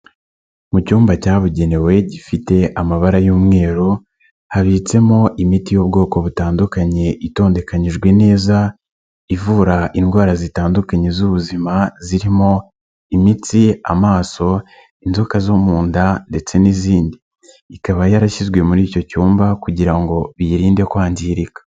Mu cyumba cyabugenewe gifite amabara y'umweru habitsemo imiti y'ubwoko butandukanye itondekanyijwe neza, ivura indwara zitandukanye z'ubuzima zirimo imitsi, amaso, inzoka zo mu nda ndetse n'izindi. Ikaba yarashyizwe muri icyo cyumba kugira ngo biyirinde kwangirika.